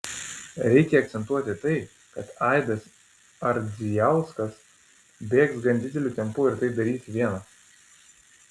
reikia akcentuoti tai kad aidas ardzijauskas bėgs gan dideliu tempu ir tai darys vienas